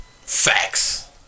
Facts